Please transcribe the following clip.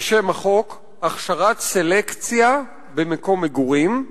בשם החוק, "הכשרת סלקציה במקום מגורים".